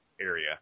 area